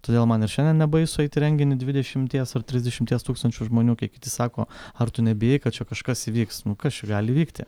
todėl man ir šiandien nebaisu eit į renginį dvidešimties ar trisdešimties tūkstančių žmonių kai kiti sako ar tu nebijai kad čia kažkas įvyks nu kas čia gali įvykti